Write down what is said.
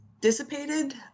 dissipated